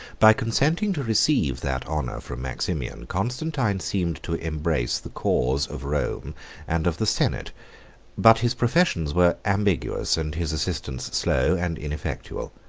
by consenting to receive that honor from maximian, constantine seemed to embrace the cause of rome and of the senate but his professions were ambiguous, and his assistance slow and ineffectual.